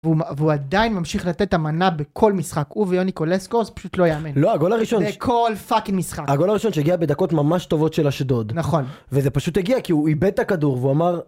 והוא עדיין ממשיך לתת ת'מנה בכל משחק, הוא ויוניקו לסקור זה פשוט לא יאמן. לא, הכל הראשון... בכל פאקינג משחק. הכל הראשון שהגיע בדקות ממש טובות של אשדוד. נכון. וזה פשוט הגיע כי הוא איבד את הכדור והוא אמר...